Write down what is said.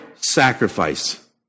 sacrifice